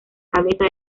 cabeza